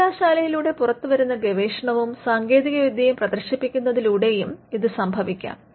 സർവകലാശാലയിലൂടെ പുറത്തുവരുന്ന ഗവേഷണവും സാങ്കേതികവിദ്യയും പ്രദർശിപ്പിക്കുന്നതിലൂടെയും ഇത് സംഭവിക്കാം